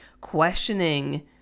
questioning